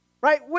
Right